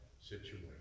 situation